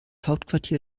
hauptquartier